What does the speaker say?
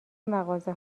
مغازه